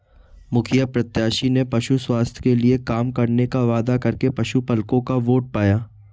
मुखिया प्रत्याशी ने पशु स्वास्थ्य के लिए काम करने का वादा करके पशुपलकों का वोट पाया